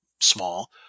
small